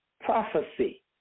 prophecy